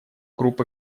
групп